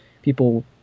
People